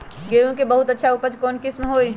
गेंहू के बहुत अच्छा उपज कौन किस्म होई?